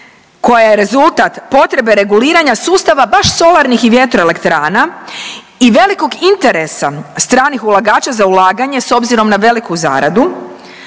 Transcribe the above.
koja je rezultat potrebe reguliranja sustava baš solarnih i vjetroelektrana i velikog interesa stranih ulagača za ulaganje s obzirom na veliku zaradu